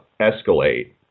escalate